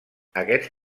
aquests